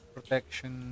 protection